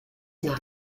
nach